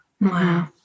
Wow